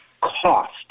cost